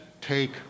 take